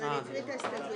אבל אני אקרא את ההסתייגויות,